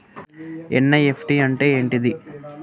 NEFT అంటే ఏంటిది?